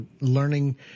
Learning